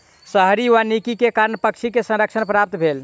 शहरी वानिकी के कारण पक्षी के संरक्षण प्राप्त भेल